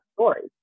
stories